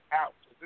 out